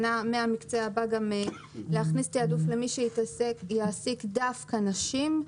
מהמקצה הבא יש לנו כוונה להכניס גם תיעדוף למי שיעסיק דווקא נשים.